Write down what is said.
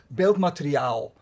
beeldmateriaal